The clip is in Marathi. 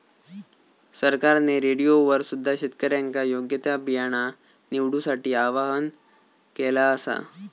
सरकारने रेडिओवर सुद्धा शेतकऱ्यांका योग्य ता बियाणा निवडूसाठी आव्हाहन केला आसा